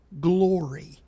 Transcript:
Glory